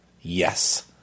Yes